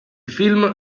film